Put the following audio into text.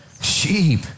Sheep